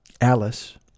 Alice